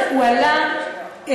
הוא עלה,